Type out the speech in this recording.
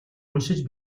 уншиж